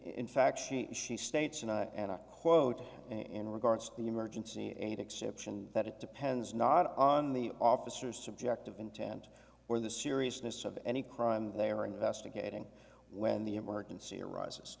in fact she she states and i quote in regards to the emergency aid exception that it depends not on the officers subjective intent or the seriousness of any crime they are investigating when the emergency arises